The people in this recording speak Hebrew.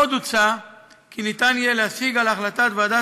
עוד הוצע כי ניתן יהיה להשיג על החלטת ועדת